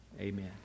amen